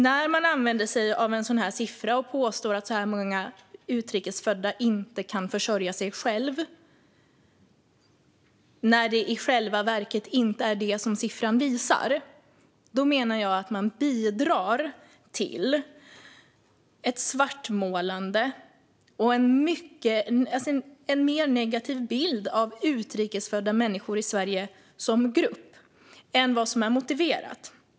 När man använder sig av en sådan siffra och påstår att så många utrikesfödda inte kan försörja sig själva, när detta i själva verket inte är vad siffran visar, menar jag att man bidrar till ett svartmålande och en mer negativ bild av utrikes födda människor i Sverige som grupp än vad som är motiverat.